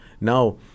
Now